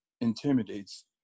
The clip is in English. intimidates